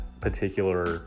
particular